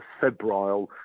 febrile